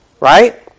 Right